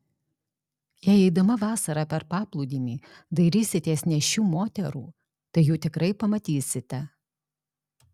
jei eidama vasarą per paplūdimį dairysitės nėščių moterų tai jų tikrai pamatysite